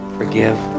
forgive